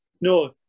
No